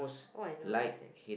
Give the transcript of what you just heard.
how I know what is it